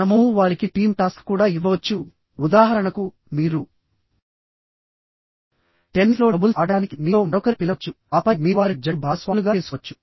మనము వారికి team task కూడా ఇవ్వవచ్చు ఉదాహరణకు మీరు టెన్నిస్లో డబుల్స్ ఆడటానికి మీతో మరొకరిని పిలవవచ్చు ఆపై మీరు వారిని జట్టు భాగస్వాములుగా చేసుకోవచ్చు